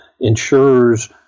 insurer's